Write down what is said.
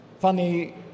Funny